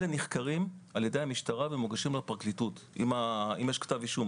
אלה נחקרים על ידי המשטרה ומוגשים לפרקליטות אם יש כתב אישום,